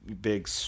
big